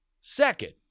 Second